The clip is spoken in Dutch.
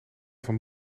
van